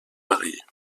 marier